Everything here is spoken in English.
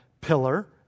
pillar